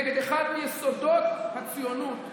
נגד אחד מיסודות הציונות,